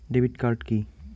Debit card key?